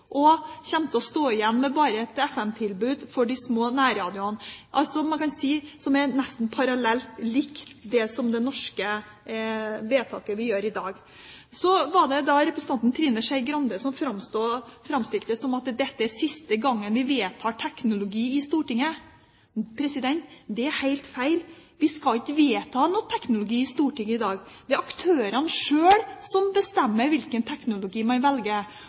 og kommer til å stå igjen med bare et FM-tilbud for de små nærradioene. Det er nesten en parallell til det vedtaket vi gjør i dag. Så var det representanten Trine Skei Grande som framstilte det som at dette er siste gang vi «vedtar teknologi» i Stortinget. Det er helt feil. Vi skal ikke vedta noe teknologi i Stortinget i dag. Det er aktørene sjøl som bestemmer hvilken teknologi man velger.